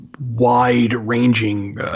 wide-ranging